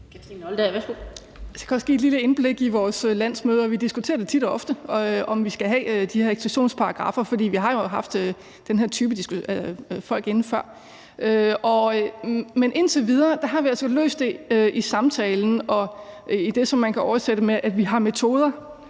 Jeg vil gerne give et lille indblik i vores landsmøder, for vi diskuterer tit og ofte, om vi skal have de her eksklusionsparagraffer, for vi har jo haft den her type folk inde før. Men indtil videre har vi altså løst det i samtalen og i det, som man kan oversætte til, at vi har metoder